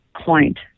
point